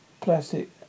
plastic